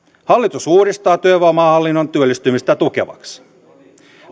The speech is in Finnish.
hallitus uudistaa työvoimahallinnon työllistymistä tukevaksi